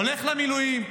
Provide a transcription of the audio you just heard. הולך למילואים,